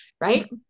right